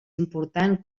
important